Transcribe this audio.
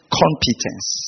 competence